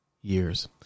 years